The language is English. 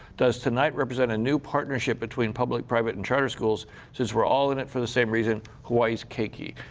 does tonight represent a new partnership between public, private and charter school since we're all in it for the same reason, hawai'i's keiki?